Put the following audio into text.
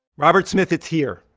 robert smith, it's here.